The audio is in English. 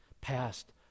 past